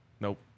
Nope